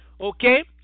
okay